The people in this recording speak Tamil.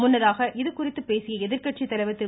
முன்னதாக இதுகுறித்து பேசிய எதிர்கட்சித்தலைவர் திரு